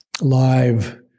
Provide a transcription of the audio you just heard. live